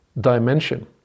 dimension